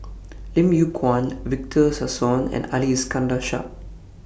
Lim Yew Kuan Victor Sassoon and Ali Iskandar Shah